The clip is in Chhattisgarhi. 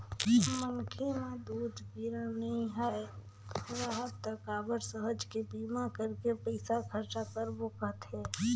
मनखे म दूख पीरा नइ आय राहय त काबर सहज के बीमा करके पइसा खरचा करबो कहथे